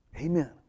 Amen